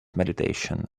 meditation